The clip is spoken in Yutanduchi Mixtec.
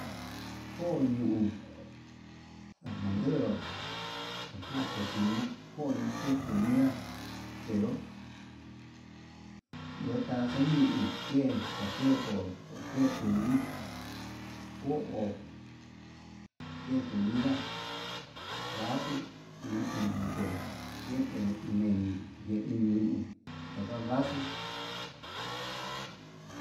Ko'o ñuu ndadanduru ña kuan cosina, ko'o ñuu ke comida kenro iho tanxeño uun ni cafe konró, ketuni ko'o ke comida vaso uun uun ndute, ke pero meni ye'e iñuu taka vaso.